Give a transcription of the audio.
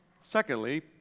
Secondly